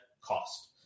cost